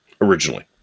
originally